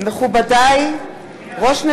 לא